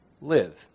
live